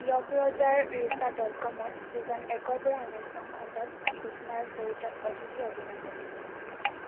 য়শ ৰজাৰ ৰিষ্টা ডট কমত ছিজন একৰ পৰা ঊনৈছ নং খণ্ডত হুছনাৰ চৰিত্ৰত অদিতি অভিনয় কৰিছিল